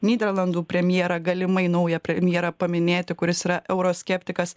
nyderlandų premjerą galimai naują premjerą paminėti kuris yra euroskeptikas